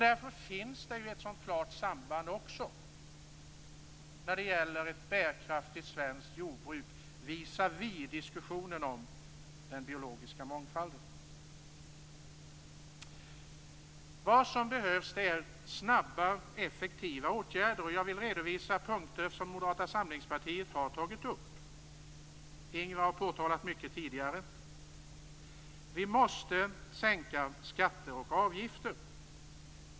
Därför finns det ett klart samband också när det gäller ett bärkraftigt svenskt jordbruk visavi diskussionen om den biologiska mångfalden. Vad som behövs är snabba, effektiva åtgärder. Jag vill redovisa punkter som Moderata samlingspartiet har tagit upp. Ingvar Eriksson har påtalat många av dem tidigare. 1. Vi måste sänka skatter och avgifter.